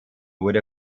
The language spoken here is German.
wurde